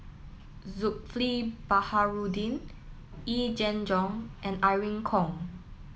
Zulkifli Baharudin Yee Jenn Jong and Irene Khong